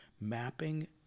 mapping